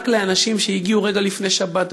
לאנשים שהגיעו רגע לפני שבת,